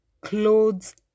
clothes